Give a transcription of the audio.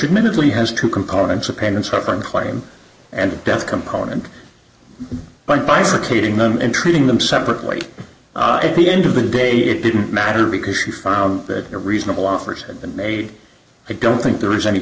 admittedly has two components of pain and suffering claim and death component but by succeeding them and treating them separately at the end of the day it didn't matter because you found that a reasonable offers had been made i don't think there is any